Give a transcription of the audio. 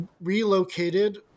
relocated